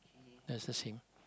that's the same